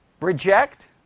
reject